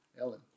Ellen